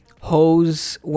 hose